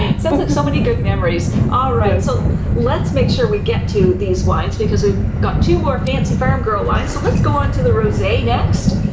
and so like so many good memories. all right, and so let's make sure we get to these wines because we've got two more fancy farm girl wines. so let's go on to the rose a next.